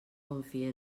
confie